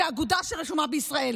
זאת אגודה שרשומה בישראל.